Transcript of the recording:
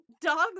dogs